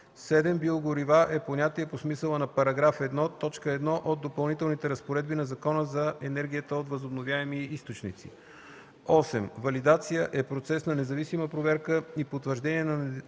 7. „Биогорива” е понятие по смисъла на § 1, т. 1 от допълнителните разпоредби на Закона за енергията от възобновяеми източници. 8. „Валидация” е процес на независима проверка и потвърждение на надеждността,